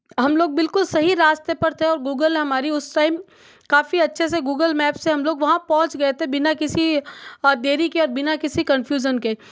हम लोग बिल्कुल सही रास्ते पर थे और गूगल हमारी उस टाइम काफ़ी अच्छे से गूगल मैप से हम लोग वहाँ पहुँच गए थे बिना किसी देरी के बिना किसी कन्फ्यूज़न के